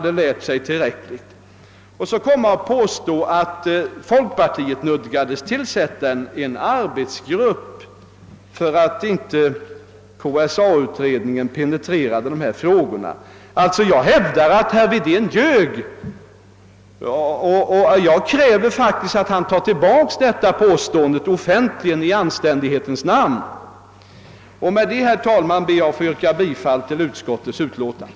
Därefter påstår man att folkpartiet nödgades tillsätta en arbetsgrupp för att inte KSA-utredningen penetrerat dessa frågor. Jag hävdar att herr Wedén ljög och kräver faktiskt att han i anständighetens namn offentligen tar tillbaka detta påstående. Med detta, herr talman, ber jag att få yrka bifall till utskottets hemställan.